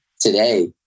today